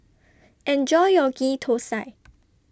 Enjoy your Ghee Thosai